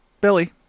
Billy